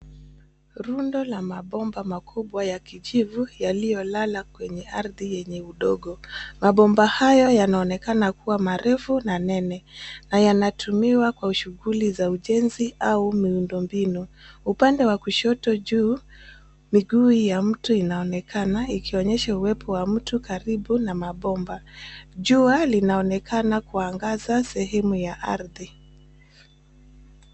Rundo la mabomba makubwa ya kijivu yaliyolala kwenye ardhi yenye udongo. Mabomba hayo yanaonekana kuwa marefu ,na nene. Na yanatumiwa kwa shughuli za ujenzi au miundo mbinu .Upande wa kushoto juu, miguu ya mtu inaonekana ikionyesha uwepo wa mtu karibu na mabomba. Jua linaonekana kuangaza, sehemu ya ardhi.